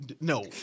No